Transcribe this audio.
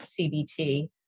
CBT